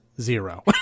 zero